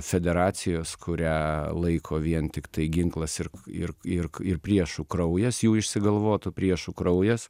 federacijos kurią laiko vien tiktai ginklas ir ir ir ir priešų kraujas jų išsigalvotų priešų kraujas